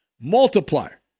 multiplier